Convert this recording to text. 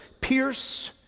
pierce